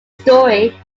story